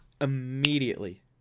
immediately